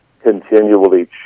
continually